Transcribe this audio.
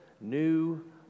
New